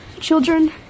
children